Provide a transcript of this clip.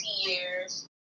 years